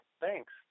thanks